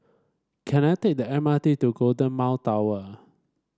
can I take the M R T to Golden Mile Tower